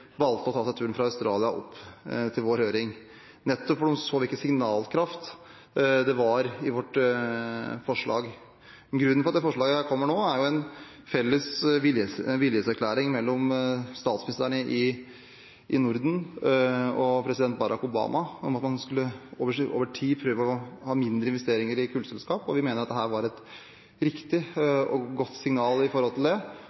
valgte å ta turen fra Australia til vår høring – nettopp fordi de så hvilken signalkraft det var i vårt forslag. Grunnen til at forslaget kommer nå, er en felles viljeserklæring mellom statsministerne i Norden og president Barack Obama om at man over tid skulle prøve å ha mindre investeringer i kullselskaper. Vi mener at dette var et riktig og godt signal med hensyn til det.